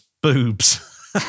boobs